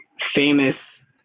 famous